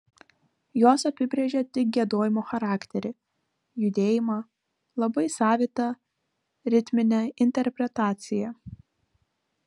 jos apibrėžė tik giedojimo charakterį judėjimą labai savitą ritminę interpretaciją